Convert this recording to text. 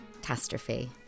catastrophe